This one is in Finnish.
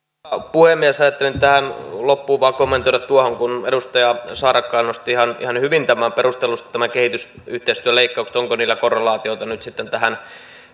puhemies ajattelin tähän loppuun vain kommentoida tuohon kun edustaja saarakkala nosti ihan ihan hyvin perustellusti nämä kehitysyhteistyön leikkaukset onko niillä korrelaatiota nyt tähän